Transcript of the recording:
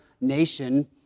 nation